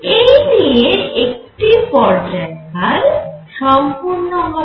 এই দিয়ে একটি পর্যায়কাল সম্পূর্ণ হবে